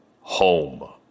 home